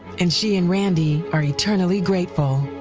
and she and randy are eternally grateful.